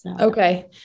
Okay